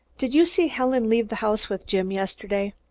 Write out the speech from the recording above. did you see helen leave the house with jim yesterday?